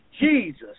Jesus